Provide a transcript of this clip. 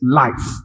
life